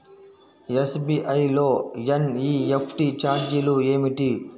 SBI లో NEFT ఛార్జీలు ఏమిటి?